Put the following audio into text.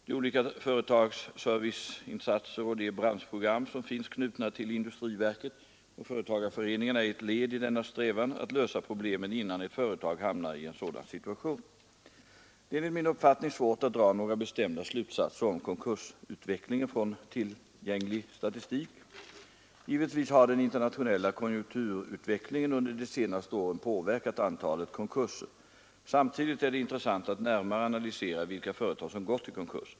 De olika företagsserviceinsatser och de branschprogram som finns knutna till industriverket och företagarföreningarna är ett led i denna strävan att lösa problemen innan ett företag hamnar i en sådan situation. Det är enligt min uppfattning svårt att dra några bestämda slutsatser om konkursutvecklingen från tillgänglig statistik. Givetvis har den internationella konjunkturutvecklingen under de senaste åren påverkat antalet konkurser. Samtidigt är det intressant att närmare analysera vilka företag som gått i konkurs.